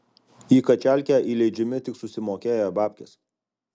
į kačialkę įleidžiami tik susimokėję babkes